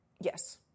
Yes